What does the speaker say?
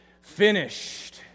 finished